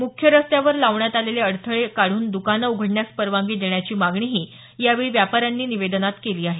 मुख्य रस्त्यावर लावण्यात आलेले अडथळे काढून दुकानं उघडण्यास परवानगी देण्याची मागणीही यावेळी व्यापाऱ्यांनी निवेदनात केली आहे